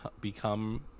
become